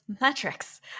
metrics